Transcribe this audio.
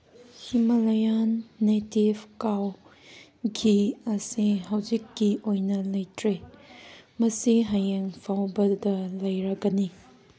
Himalayan native cow ghee ꯑꯁꯤ ꯍꯧꯖꯤꯛꯀꯤ ꯑꯣꯏꯅ ꯂꯩꯇ꯭ꯔꯦ ꯃꯁꯤ ꯍꯌꯦꯡ ꯐꯥꯎꯕꯗ ꯂꯩꯔꯒꯅꯤ